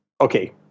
okay